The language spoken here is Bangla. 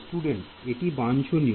Student এটি বাঞ্ছনীয়